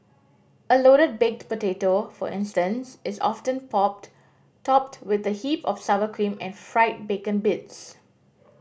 a loaded baked potato for instance is often topped popped with a heap of sour cream and fried bacon bits